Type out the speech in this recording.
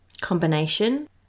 combination